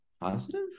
positive